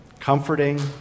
Comforting